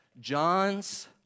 John's